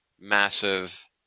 massive